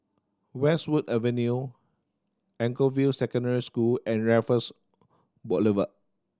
Westwood Avenue Anchorvale Secondary School and Raffles Boulevard